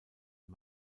und